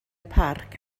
parc